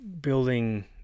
building